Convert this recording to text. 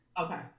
Okay